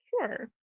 Sure